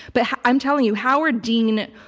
but i'm telling you, howard dean.